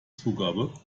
zugabe